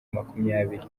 makumyabiri